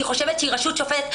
כי היא חושבת שהיא רשות שופטת.